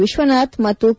ವಿಶ್ವನಾಥ್ ಮತ್ತು ಕೆ